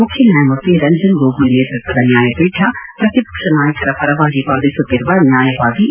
ಮುಖ್ಯ ನ್ವಾಯಮೂರ್ತಿ ರಂಜನ್ ಗೊಗೊಯ್ ನೇತೃತ್ವದ ನ್ವಾಯಪೀಠ ಪ್ರತಿಪಕ್ಷ ನಾಯಕರ ಪರವಾಗಿ ವಾದಿಸುತ್ತಿರುವ ನ್ಲಾಯವಾದಿ ಎ